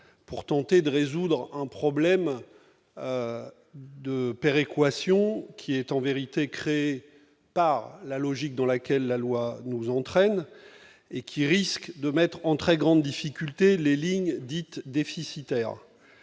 pour tenter de résoudre un problème de péréquation, qui, en vérité, découle de la logique dans laquelle la loi nous entraîne et risque de mettre en très grande difficulté les lignes dites « déficitaires